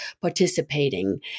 participating